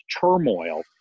turmoil